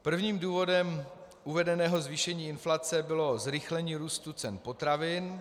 Prvním důvodem uvedeného zvýšení inflace bylo zrychlení růstu cen potravin.